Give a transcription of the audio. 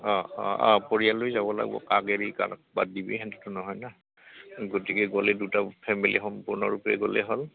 অঁ অঁ অঁ পৰিয়াল লৈ যাব লাগিব কাক এৰি বাদ দিবি সেইটোতো নহয় ন গতিকে গ'লে দুটা ফেমিলি সম্পূৰ্ণৰূপে গ'লে হ'ল